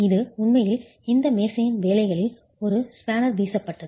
இது உண்மையில் இந்த மேசையின் வேலைகளில் ஒரு ஸ்பேனர் வீசப்பட்டது